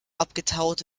abgetaut